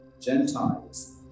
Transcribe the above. Gentiles